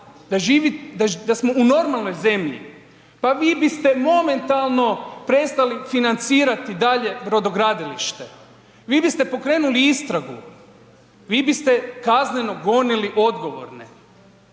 da smo u normalnoj zemlji, pa vi biste momentalno prestali financirati dalje brodogradilište. Vi biste pokrenuli istragu, vi biste kazneno gonili odgovorne.